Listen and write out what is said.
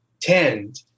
tend